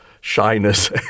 shyness